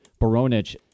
Baronich